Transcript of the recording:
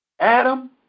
Adam